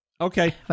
Okay